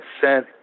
sent